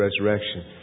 resurrection